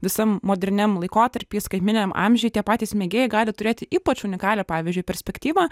visam moderniam laikotarpy skaitmeniniam amžiui tie patys mėgėjai gali turėti ypač unikalią pavyzdžiui perspektyvą